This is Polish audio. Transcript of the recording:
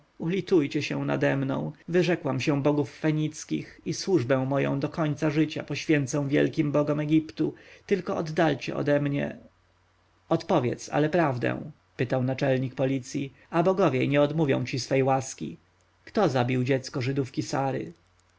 ulitujcie się nade mną wyrzekłam się bogów fenickich i służbę moją do końca życia poświęcę wielkim bogom egiptu tylko oddalcie ode mnie odpowiedz ale prawdę pytał naczelnik policji a bogowie nie odmówią ci swej łaski kto zabił dziecko żydówki sary